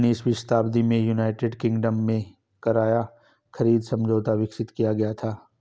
उन्नीसवीं शताब्दी में यूनाइटेड किंगडम में किराया खरीद समझौता विकसित किया गया था